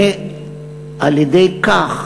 ועל-ידי כך